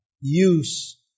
use